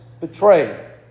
Betrayed